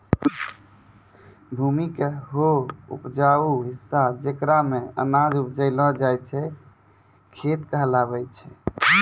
भूमि के हौ उपजाऊ हिस्सा जेकरा मॅ अनाज उपजैलो जाय छै खेत कहलावै छै